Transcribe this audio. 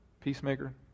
peacemaker